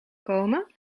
komen